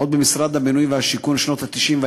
עוד במשרד הבינוי והשיכון בשנות ה-90,